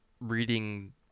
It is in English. reading